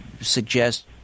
suggest